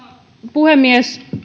puhemies